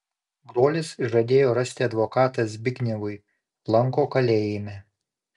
brolis žadėjo rasti advokatą zbignevui lanko kalėjime